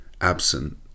absent